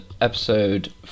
episode